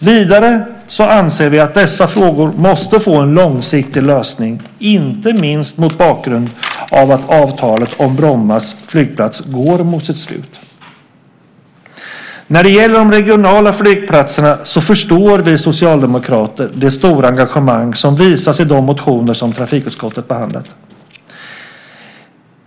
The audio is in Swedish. Vidare anser vi att dessa frågor måste få en långsiktig lösning, inte minst mot bakgrund av att avtalet om Bromma flygplats går mot sitt slut. När det gäller de regionala flygplatserna förstår vi socialdemokrater det stora engagemang som visas i de motioner som trafikutskottet behandlat.